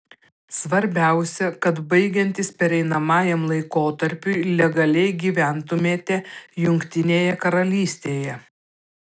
svarbiausia kad baigiantis pereinamajam laikotarpiui legaliai gyventumėte jungtinėje karalystėje